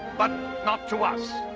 but not to us.